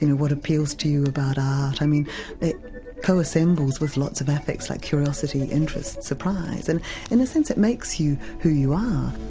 what appeals to you about art, i mean it co-assembles with lots of affects like curiosity, interest, surprise. and in a sense it makes you who you are.